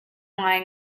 ngai